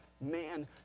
man